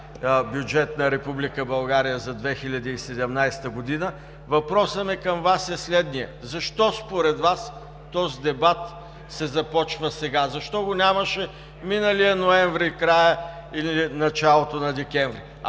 България за 2017 г. Въпросът ми към Вас е следният: защо според Вас този дебат се започва сега? Защо го нямаше миналия ноември в края или в началото на декември?